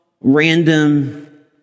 random